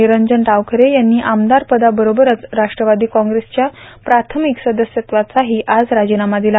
निरंजन डावखरे यांनी आमदारपदाबरोबरच राष्ट्रवादी काँग्रेसच्या प्राथमिक सदस्यत्वाचाही आज राजीनामा दिला